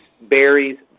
berries